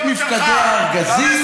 את מפקדי הארגזים.